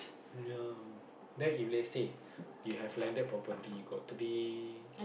ya then if let's say you have landed property you got to be